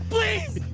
Please